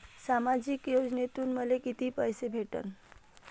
सामाजिक योजनेतून मले कितीक पैसे भेटन?